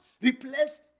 replace